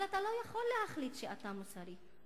אבל אתה לא יכול להחליט שאתה מוסרי.